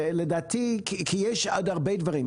בעירה, כשיש עוד הרבה דברים.